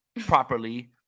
properly